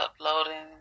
uploading